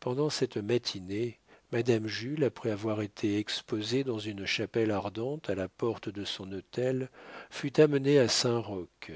pendant cette matinée madame jules après avoir été exposée dans une chapelle ardente à la porte de son hôtel fut amenée à saint-roch